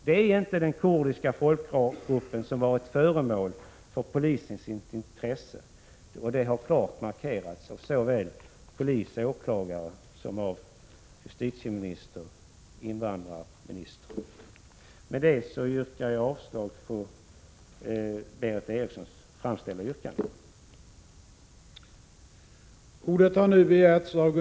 Det är inte den kurdiska folkgruppen som har varit föremål för polisens intresse, vilket har klart markerats såväl av polis och åklagare som av justitieministern och invandrarministern. "Med detta yrkar jag avslag på det av Berith Erikssons framställda yrkandet.